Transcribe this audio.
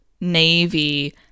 navy